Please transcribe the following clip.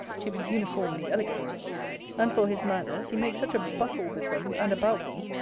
to be uniformly elegant and for his manners, he makes such a bustle with them, and about them,